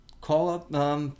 call-up